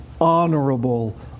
honorable